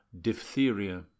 diphtheria